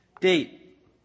Date